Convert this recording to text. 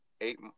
eight